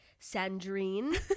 Sandrine